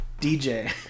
dj